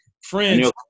friends